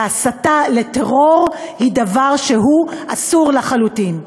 והסתה לטרור היא דבר שהוא אסור לחלוטין,